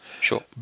Sure